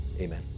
amen